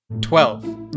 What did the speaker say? Twelve